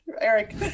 Eric